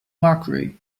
mercury